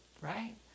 right